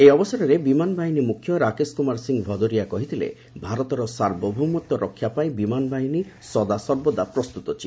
ଏହି ଅବସରରେ ବିମାନ ବାହିନୀ ମ୍ରଖ୍ୟ ରାକେଶ୍ କ୍ରମାର ସିଂହ ଭଦୌରିଆ କହିଥିଲେ ଭାରତର ସାର୍ବଭୌମତ୍ୱ ରକ୍ଷାପାଇଁ ବିମାନ ବାହିନୀ ସଦାସର୍ବଦା ପ୍ରସ୍ତତ ଅଛି